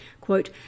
quote